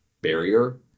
barrier